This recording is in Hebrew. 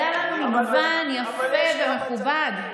היה לנו מגוון יפה ומכובד.